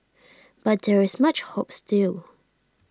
but there is much hope still